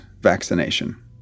vaccination